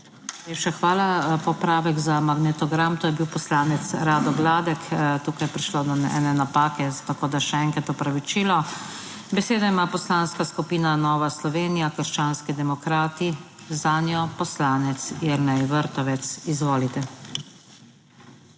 hvala. Popravek za magnetogram, to je bil poslanec Rado Gladek. Tukaj je prišlo do ene napake, tako da še enkrat opravičilo. Besedo ima Poslanska skupina Nova Slovenija - krščanski demokrati, zanjo poslanec Jernej Vrtovec. Izvolite.